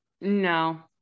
No